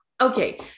Okay